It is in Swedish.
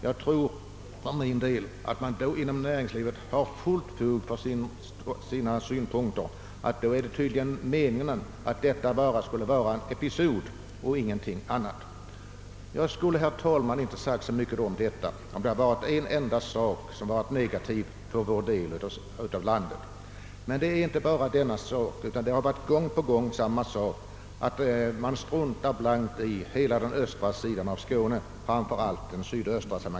Jag tror för min del att man då inom näringslivet har fullt fog för synpunkten att det tydligen är meningen att detta bara skulle vara en episod och ingenting annat. Herr talman! Jag skulle inte ha sagt så mycket härom om det bara hade varit en enda negativ sak beträffande vår del av landet, men så är inte fallet. Gång på gång har man blankt struntat i hela den östra delen av Skåne — kanske framför allt den sydöstra.